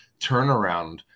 turnaround